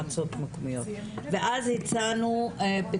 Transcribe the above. הגענו להצעת